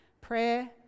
prayer